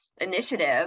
initiative